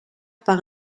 par